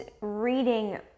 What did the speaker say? reading